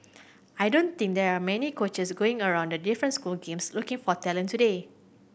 I don't think there are many coaches going around the different school games looking for talent today